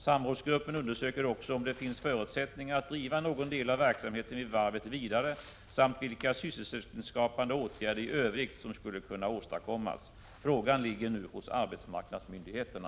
Samrådsgruppen undersöker också om det finns förutsättningar att driva någon del av verksamheten vid varvet vidare samt vilka sysselsättningsskapande åtgärder i övrigt som skulle kunna åstadkommas. Frågan ligger nu hos arbetsmarknadsmyndigheterna.